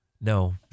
No